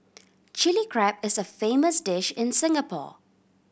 Chilli Crab is a famous dish in Singapore